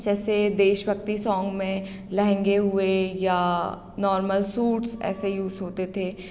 जैसे देशभक्ति सॉन्ग में लहंगे हुए या नॉर्मल सूट्स ऐसे यूज़ होते थे